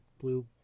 blue